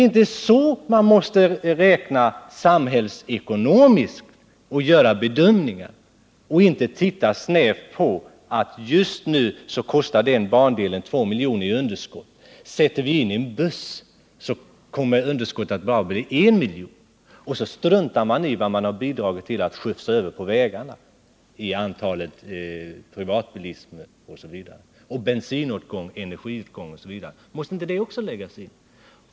Man kan i en samhällsekonomisk bedömning inte se snävt enbart till att driften av en bandel ger två miljoner i underskott och att en överföring av trafiken till landsvägsbuss gör att underskottet minskar till en miljon, för att sedan strunta i hur stort antal privatbilister som man har bidragit till att belasta vägnätet med, hur mycket energiåtgången ökat osv. Allt detta måste vägas in.